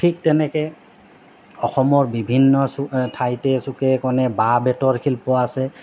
ঠিক তেনেকে অসমৰ বিভিন্ন ঠাইতে চুকে কুণে বাঁহ বেতৰ শিল্প আছে